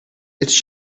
it’s